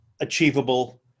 achievable